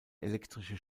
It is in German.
elektrische